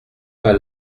pas